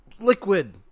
liquid